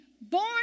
born